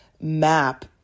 map